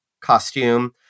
costume